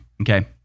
Okay